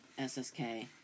SSK